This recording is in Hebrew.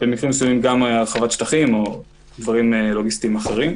במקרים מסוימים גם הרחבת שטחים או דברים לוגיסטיים אחרים.